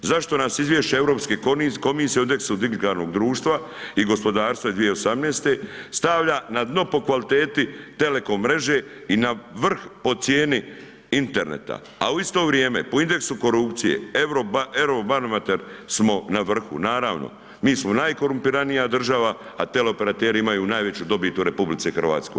Zašto nas izvješća Europske komisije o indeksu digitalnog društva i gospodarstva iz 2018. stavlja na dno po kvaliteti telekom mreže i na vrh po cijeni interneta, a u isto vrijeme po indeksu korupcije, Eurobarometar, smo na vrhu, naravno, mi smo najkorumpiranija država, a teleoperateri imaju najveću dobit u RH.